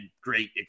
great